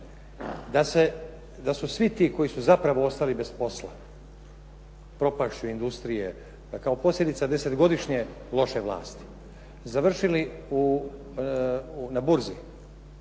Da su svi ti koji su zapravo ostali bez posla propašću industrije kao posljedica desetgodišnje loše vlasti završili na burzi